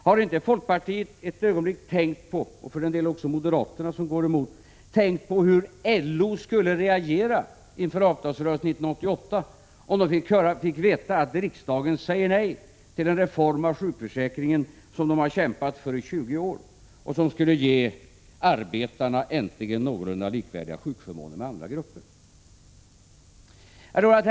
Har inte folkpartiet — och för den delen även moderaterna, som också går emot — ett ögonblick tänkt på hur LO skulle reagera inför avtalsrörelsen 1988 om man fick veta att riksdagen säger nej till en reform av sjukförsäkringen som LO har kämpat för i 20 år och som äntligen skulle ge arbetarna sjukförmåner som är någorlunda likvärdiga andra gruppers?